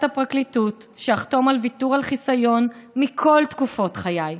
הפרקליטות שאחתום על ויתור על חיסיון מכל תקופות חיי,